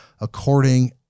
according